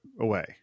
away